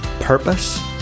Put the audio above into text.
purpose